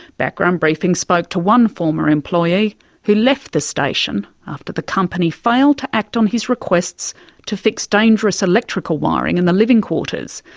background briefing spoke to one former employee who left the station after the company failed to act on his requests to fix dangerous electrical wiring in the living quarters.